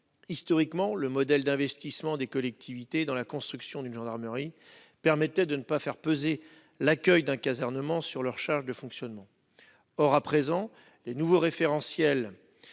Historiquement, le modèle d'investissement des collectivités dans la construction d'une gendarmerie permettait de ne pas faire peser l'accueil d'un casernement sur leurs charges de fonctionnement. Les nouveaux référentiels